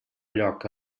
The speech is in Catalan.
lloc